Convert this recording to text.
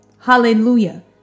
Hallelujah